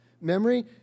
Memory